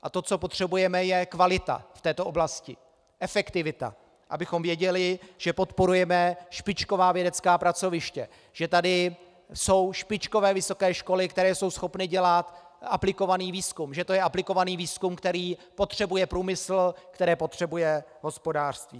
A to, co potřebujeme, je kvalita v této oblasti, efektivita, abychom věděli, že podporujeme špičková vědecká pracoviště, že tady jsou špičkové vysoké školy, které jsou schopny dělat aplikovaný výzkum, že to je aplikovaný výzkum, který potřebuje průmysl, který potřebuje hospodářství.